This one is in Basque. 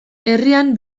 herrian